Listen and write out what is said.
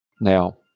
Now